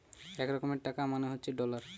এক রকমের টাকা মানে হচ্ছে ডলার